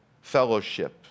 fellowship